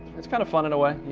it's kind of fun in a way.